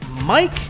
Mike